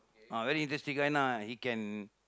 ah very interesting guy lah he can